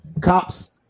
cops